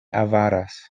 avaras